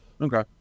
okay